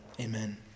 amen